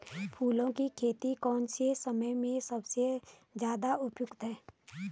फूलों की खेती कौन से समय में सबसे ज़्यादा उपयुक्त है?